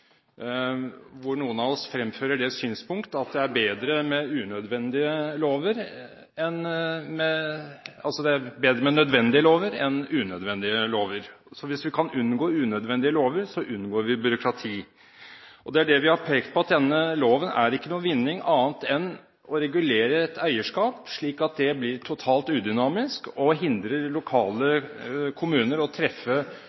hvor noen av oss fremfører det synspunkt at det er bedre med nødvendige lover enn med unødvendige lover – hvis vi kan unngå unødvendige lover, så unngår vi byråkrati. Det er det vi har pekt på: Denne loven er ikke noen vinning annet enn å regulere et eierskap slik at det blir totalt udynamisk og hindrer